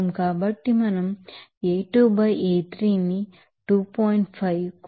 మరియు వీటి నుండి మేము మీకు తెలుసు know u2 A3 by A2 into u3 వరకు ఉంటుంది ఇక్కడ A2 by A3 మీకు ఇవ్వబడింది A2 by A3 ఇవ్వబడింది